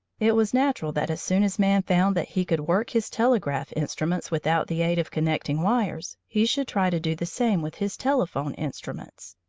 it was natural that as soon as man found that he could work his telegraph instruments without the aid of connecting wires, he should try to do the same with his telephone instruments.